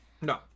No